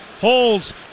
holds